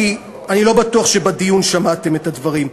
כי אני לא בטוח שבדיון שמעתם את הדברים.